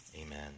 Amen